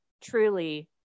Truly